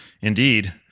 Indeed